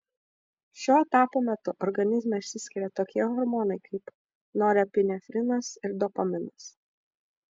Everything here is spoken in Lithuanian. šio etapo metu organizme išsiskiria tokie hormonai kaip norepinefrinas ir dopaminas